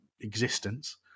existence